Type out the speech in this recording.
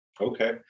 Okay